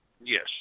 Yes